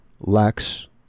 lacks